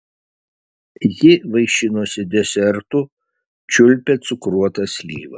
ji vaišinosi desertu čiulpė cukruotą slyvą